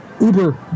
uber